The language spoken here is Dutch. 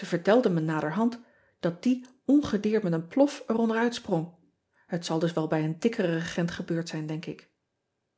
e vertelden me naderhand dat die ongedeerd met een plof er onderuit sprong et zal dus wel bij een dikkeren regent gebeurd zijn denk ik